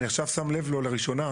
אני עכשיו שם לב אליו לראשונה.